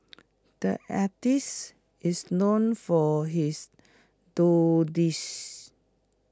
the artists is known for his doodles